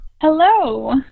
Hello